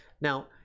Now